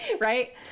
Right